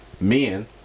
men